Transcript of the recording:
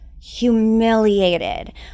humiliated